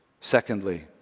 Secondly